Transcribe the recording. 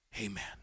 Amen